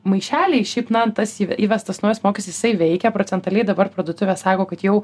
maišeliai šiaip na tas į įvestas naujas mokestis jisai veikia procentaliai dabar parduotuvės sako kad jau